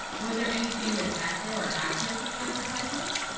was there any famous actor or actress in the advertisement